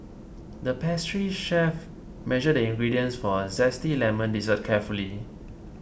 the pastry chef measured the ingredients for a Zesty Lemon Dessert carefully